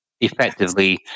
effectively